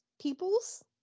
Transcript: people's